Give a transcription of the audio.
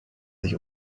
sich